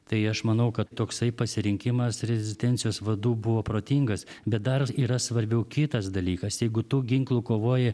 tai aš manau kad toksai pasirinkimas rezistencijos vadų buvo protingas bet dar yra svarbiau kitas dalykas jeigu tu ginklu kovoji